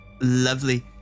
Lovely